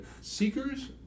seekers